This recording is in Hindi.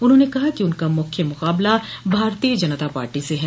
उन्होंने कहा कि उनका मुख्य मुकाबला भारतीय जनता पार्टी से है